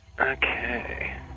Okay